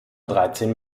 dreizehn